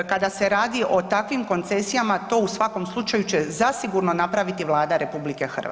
Kada se radi o takvim koncesijama, to u svakom slučaju će, zasigurno napraviti Vlada RH.